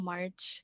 March